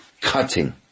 cutting